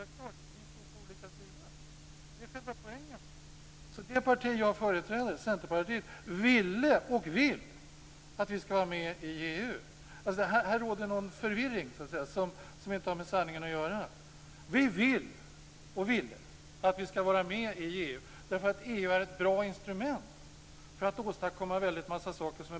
Nu har jag försökt att rätta till det här för